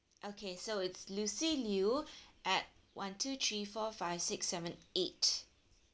okay so it's lucy liew at one two three four five six seven eight